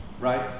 right